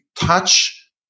touch